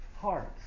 hearts